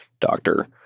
doctor